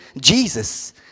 Jesus